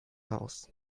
aus